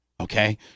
okay